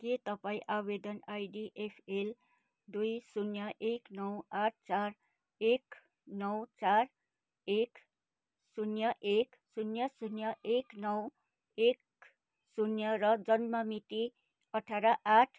के तपाईँँ आवेदन आइडी एफएल दुई शून्य एक नौ आठ चार एक नौ चार एक शून्य एक शून्य शून्य एक नौ एक शून्य र जन्म मिति अठार आठ